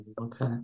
Okay